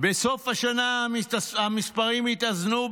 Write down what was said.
בסוף השנה המספרים יתאזנו,